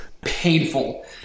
painful